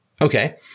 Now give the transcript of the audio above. Okay